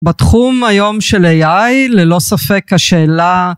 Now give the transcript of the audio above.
בתחום היום של AI ללא ספק השאלה